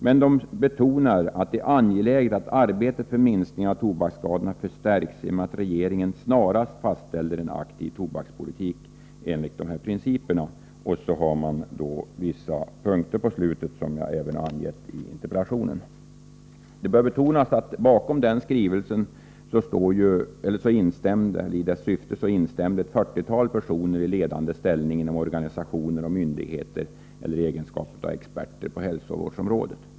Men man betonar att arbetet för minskningen av tobaksskadorna skulle förstärkas om regeringen snarast fastställer en aktiv tobakspolitik enligt dessa principer. Sedan har man anfört vissa krav i slutet av skrivelsen, vilka jag även angivit i interpellationen. Det bör betonas att till denna skrivelses syfte anslöt sig ett 40-tal personer i ledande ställning inom organisationer och myndigheter, eller i egenskap av experter på hälsovårdsområdet.